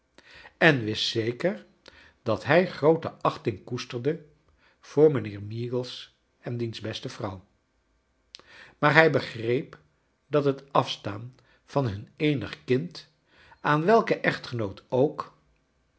en wist zeker dat hij groote achting koesterde voor mijn heer meagles en diens beste vrouw maar hij begreep dat het af staan van nun eenig kind aan welken echt genoot ook